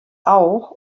auch